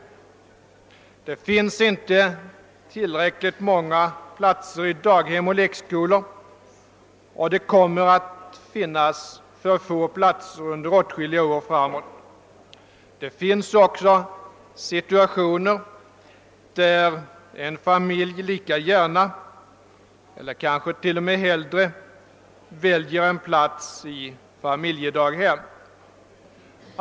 Det finns inte tillräckligt många platser i daghem och lekskolor, och det kommer att finnas för få platser under åtskilliga år framåt. Det finns också situationer då en familj lika gärna eller kanske t.o.m. hellre väljer en plats i familjedaghem.